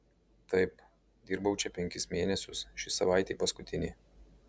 taip dirbau čia penkis mėnesius ši savaitė paskutinė